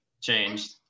changed